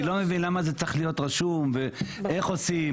אני לא מבין למה זה צריך להיות רשום ואיך עושים,